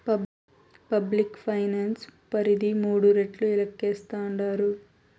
public finance పరిధి మూడు రెట్లు లేక్కేస్తాండారు